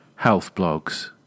healthblogs